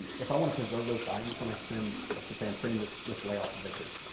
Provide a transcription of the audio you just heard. ah if i want to preserve those values when i send, let's just say i'm sending this, this layout to victor,